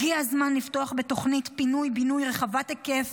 הגיע הזמן לפתוח בתוכנית פינוי-בינוי רחבת היקף